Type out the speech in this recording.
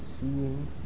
seeing